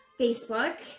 Facebook